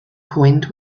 coined